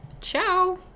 Ciao